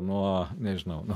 nuo nežinau